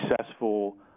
successful